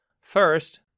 First